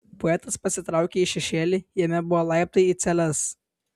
poetas pasitraukė į šešėlį jame buvo laiptai į celes